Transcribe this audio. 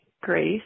Grace